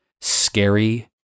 scary